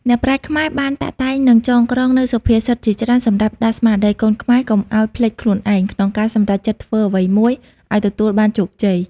អ្នកប្រាជ្ញខ្មែរបានតាក់តែងនិងចងក្រងនូវសុភាសិតជាច្រើនសម្រាប់ដាស់ស្មារតីកូនខ្មែរកុំឲ្យភ្លេចខ្លួនឯង ក្នុងការសម្រេចចិត្តធ្វើអ្វីមួយឲ្យទទួលបានជោគជ័យ។